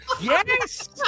yes